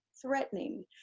threatening